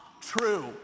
true